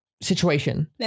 situation